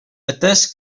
atès